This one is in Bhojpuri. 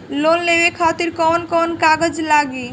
लोन लेवे खातिर कौन कौन कागज लागी?